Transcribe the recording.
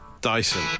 Dyson